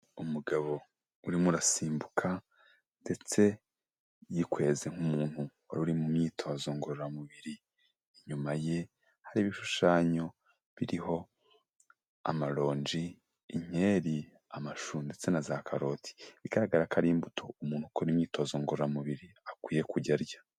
Umugabo urimo arasimbuka ndetse yikweze nk'umuntu wari uri mu myitozo ngororamubiri, inyuma ye hari ibishushanyo biriho amaronji, inkeri, amashu ndetse na za karoti, bigaragara ko ari imbuto umuntu ukora imyitozo ngororamubiri akwiye kujya arya.